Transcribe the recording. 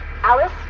Alice